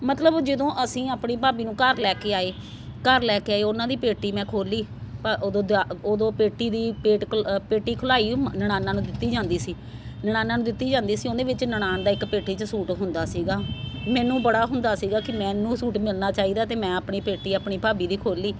ਮਤਲਬ ਜਦੋਂ ਅਸੀਂ ਆਪਣੀ ਭਾਬੀ ਨੂੰ ਘਰ ਲੈ ਕੇ ਆਏ ਘਰ ਲੈ ਕੇ ਆਏ ਉਹਨਾਂ ਦੀ ਪੇਟੀ ਮੈਂ ਖੋਲ੍ਹੀ ਭਾ ਓਦੋਂ ਓਦੋਂ ਪੇਟੀ ਦੀ ਪੇਟ ਖੁ ਪੇਟੀ ਖੁਲਾਈ ਨਣਾਨਾ ਨੂੰ ਦਿੱਤੀ ਜਾਂਦੀ ਸੀ ਨਣਾਨਾ ਨੂੰ ਦਿੱਤੀ ਜਾਂਦੀ ਸੀ ਉਹਦੇ ਵਿੱਚ ਨਣਾਨ ਦਾ ਇੱਕ ਪੇਟੀ 'ਚ ਸੂਟ ਹੁੰਦਾ ਸੀਗਾ ਮੈਨੂੰ ਬੜਾ ਹੁੰਦਾ ਸੀਗਾ ਕਿ ਮੈਨੂੰ ਉਹ ਸੂਟ ਮਿਲਣਾ ਚਾਹੀਦਾ ਅਤੇ ਮੈਂ ਆਪਣੀ ਪੇਟੀ ਆਪਣੀ ਭਾਬੀ ਦੀ ਖੋਲ੍ਹੀ